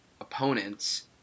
opponents